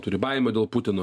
turi baimių dėl putino